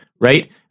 right